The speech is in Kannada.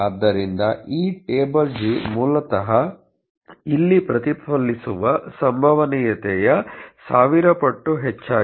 ಆದ್ದರಿಂದ ಈ ಟೇಬಲ್ ಜಿ ಮೂಲತಃ ಇಲ್ಲಿ ಪ್ರತಿಫಲಿಸುವ ಸಂಭವನೀಯತೆಯ 1000 ಪಟ್ಟು ಹೆಚ್ಚಾಗಿದೆ